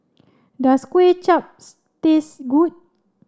does Kuay Chaps taste good